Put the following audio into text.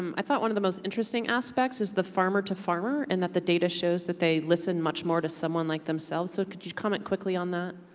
um i thought one of the most interesting aspects is the farmer-to-farmer, and that the data shows that they listen much more to someone like themselves. so could you comment quickly on that?